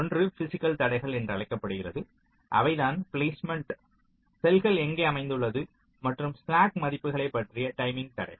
ஒன்று பிஸிக்கல் தடைகள் என்று அழைக்கப்படுகிறது அவை தான் பிளேஸ்மெண்ட் செல்கள் எங்கே அமைந்துள்ளது மற்றும் ஸ்லாக் மதிப்புகளைப் பற்றிய டைமிங் தடைகள்